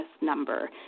number